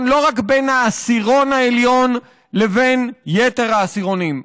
לא רק בין העשירון העליון לבין יתר העשירונים.